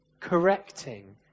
correcting